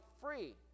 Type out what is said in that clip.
free